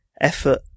effort